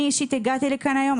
אני אישית הגעתי לכאן היום,